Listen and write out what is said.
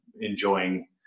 enjoying